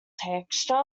texture